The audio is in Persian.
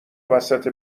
وسط